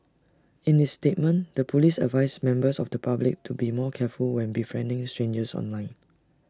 in its statement the Police advised members of the public to be more careful when befriending strangers online